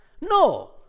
No